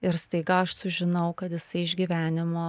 ir staiga aš sužinau kad jisai iš gyvenimo